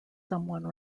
someone